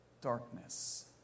Darkness